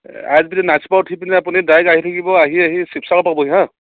আই S B T night super উঠি পিনি আপুনি ডাইৰেক্ট আহি থাকিব আহি আহি শিৱসাগৰ পাবহি হাঁ